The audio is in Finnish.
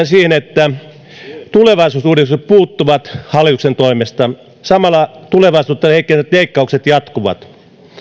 siihen että tulevaisuusuudistukset puuttuvat hallituksen toimesta samalla tulevaisuutta heikentävät leikkaukset jatkuvat